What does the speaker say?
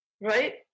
right